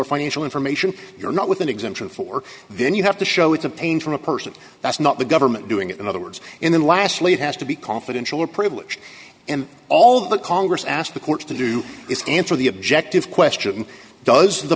or financial information you're not with an exemption for then you have to show it's a pain from a person that's not the government doing it in other words and then lastly it has to be confidential or privileged and all the congress asked the courts to do is answer the objective question does the